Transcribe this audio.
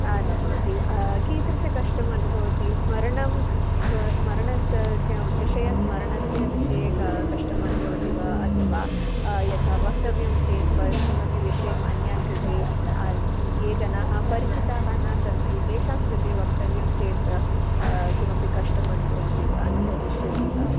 आनुभवति कीदृश कष्टम् अनुभवति स्मरणम् अथवा स्मरणस्य किं विषयस्मरणस्य विषये का कष्टमनुभवति वा अथवा यथा वक्तव्यं चेत् वा किमपि विषयम् अन्यान् कृते ये जनाः परिचिताः न सन्ति तेषां कृते वक्तव्यं चेत् किमपि कष्टम् अनुभवति वा अनुभविष्यति वा